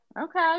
Okay